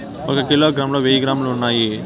ఒక కిలోగ్రామ్ లో వెయ్యి గ్రాములు ఉన్నాయి